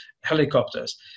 helicopters